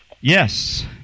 Yes